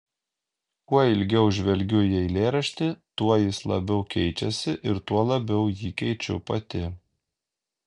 kuo ilgiau žvelgiu į eilėraštį tuo jis labiau keičiasi ir tuo labiau jį keičiu pati